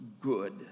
good